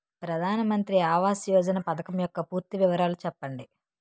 ప్రధాన మంత్రి ఆవాస్ యోజన పథకం యెక్క పూర్తి వివరాలు చెప్పండి?